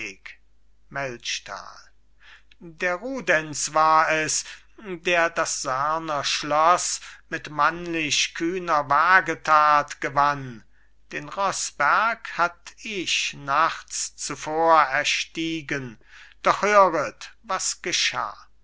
der rudenz war es der das sarner schloss mit männlich kühner wagetat gewann den rossberg hatt ich nachts zuvor erstiegen doch höret was geschah